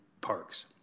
parks